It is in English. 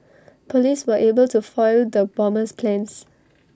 Police were able to foil the bomber's plans